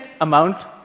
amount